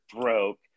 broke